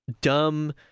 dumb